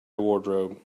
wardrobe